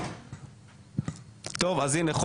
הנה,